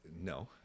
no